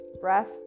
breath